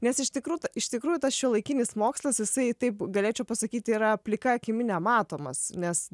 nes iš tikrų ta iš tikrųjų tas šiuolaikinis mokslas jisai taip galėčiau pasakyti yra plika akimi nematomas nes